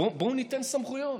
בואו ניתן סמכויות.